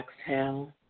exhale